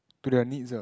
to their needs ah